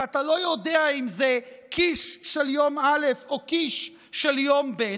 כי אתה לא יודע אם זה קיש של יום א' או קיש של יום ב',